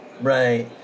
Right